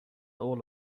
all